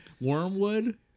Wormwood